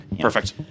perfect